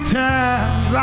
times